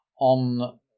on